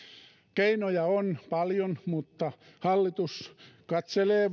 keinoja on paljon mutta hallitus katselee